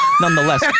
nonetheless